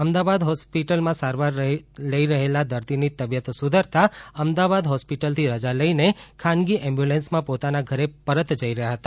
અમદાવાદ હોસ્પિટલે સારવારમાં રહેલા દર્દીની તબીયત સુધરતા અમદાવાદ હોસ્પિટલેથી રજા લઇને ખાનગી એમ્બ્યુલન્સમા પોતાના ઘરે પરત જઇ રહ્યા હતા